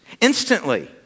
Instantly